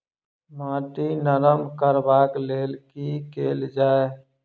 माटि नरम करबाक लेल की केल जाय?